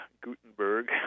Gutenberg